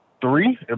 three